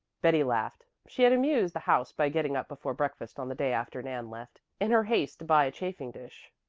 betty laughed. she had amused the house by getting up before breakfast on the day after nan left, in her haste to buy a chafing-dish.